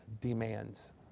demands